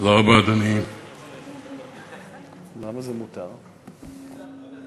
אני אומרת, תודה רבה,